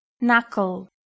Knuckle